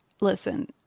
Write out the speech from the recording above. Listen